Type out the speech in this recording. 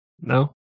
No